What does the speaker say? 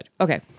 okay